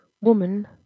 Woman